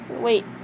Wait